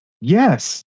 yes